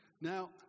Now